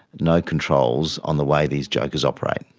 no controls on the way these jokers operate.